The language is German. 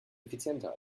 effizienter